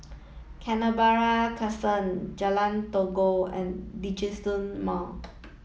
Canberra Crescent Jalan Todak and Djitsun Mall